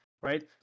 right